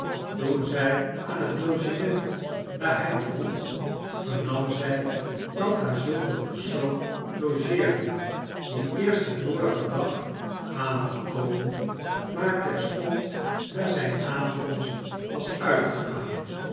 toen zij aan het logement naar hem vroeg vernam zij dat daar zulk een persoon logeerde die eerst den vorigen dag aangekomen maar terstond na zijne aankomst was uitgegaan